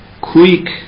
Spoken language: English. quick